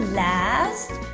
last